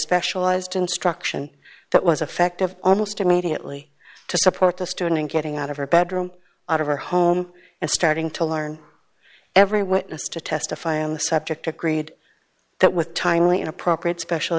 specialized instruction that was effective almost immediately to support the student getting out of her bedroom out of her home and starting to learn every witness to testify on the subject agreed that with timely and appropriate special